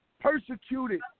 persecuted